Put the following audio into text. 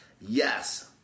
Yes